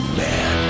man